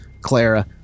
Clara